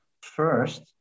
first